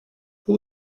who